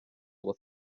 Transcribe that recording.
with